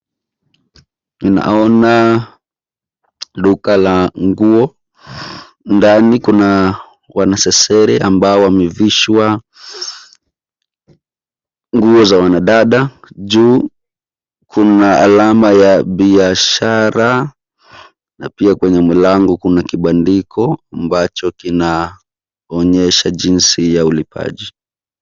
Naona duka la nguo ndani kuna wanasesere ambao wamevishwa nguo za wanadada juu kuna alama ya biashara na pia kwenye mlango kuna kibandiko ambacho kina onyesha jinsi ya ulipaji.